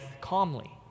calmly